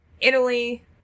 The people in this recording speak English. Italy